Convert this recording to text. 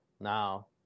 Now